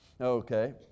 Okay